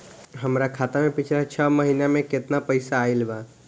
हमरा खाता मे पिछला छह महीना मे केतना पैसा आईल बा?